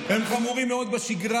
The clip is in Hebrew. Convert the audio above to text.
הדברים האלה הם חמורים מאוד בשגרה,